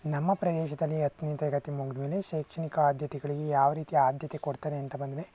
ನಮ್ಮ ಪ್ರದೇಶದಲ್ಲಿ ಹತ್ತನೇ ತರಗತಿ ಮುಗಿದ್ಮೇಲೆ ಶೈಕ್ಷಣಿಕ ಆದ್ಯತೆಗಳಿಗೆ ಯಾವ ರೀತಿ ಆದ್ಯತೆ ಕೊಡ್ತಾರೆ ಅಂತ ಬಂದರೆ